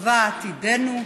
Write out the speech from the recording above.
ייקבעו עתידנו,